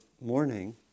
morning